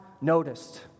noticed